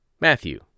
Matthew